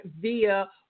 via